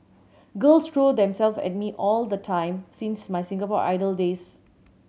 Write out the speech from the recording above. girls throw themselves at me all the time since my Singapore Idol days